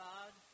God